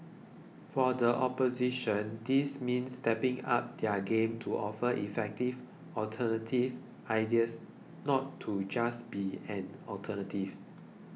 for the opposition this means stepping up their game to offer effective alternative ideas not to just be an alternative